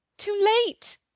too late!